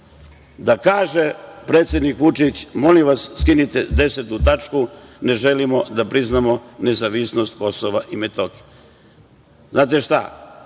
Da kaže predsednik Vučić – molim vas, skinite desetu tačku, ne želimo da priznamo nezavisnost Kosova i Metohije. Znate šta,